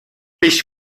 ich